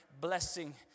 blessing